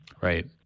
Right